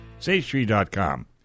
SageTree.com